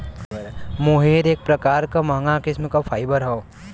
मोहेर एक प्रकार क महंगा किस्म क फाइबर हौ